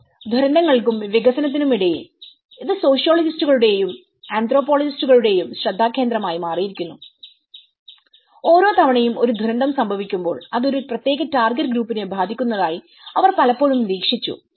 ദുരന്തങ്ങൾക്കും വികസനത്തിനും ഇടയിൽ ഇത് സോഷിയോളജിസ്റ്റുകളുടെയും sociologistsആന്ത്രോപോളജിസ്റ്റുകളുടെയുംശ്രദ്ധാകേന്ദ്രമായി മാറിയിരിക്കുന്നു ഓരോ തവണയും ഒരു ദുരന്തം സംഭവിക്കുമ്പോൾ അത് ഒരു പ്രത്യേക ടാർഗെറ്റ് ഗ്രൂപ്പിനെ ബാധിക്കുന്നതായി അവർ പലപ്പോഴും നിരീക്ഷിച്ചു